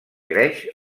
greix